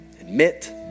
Admit